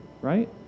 right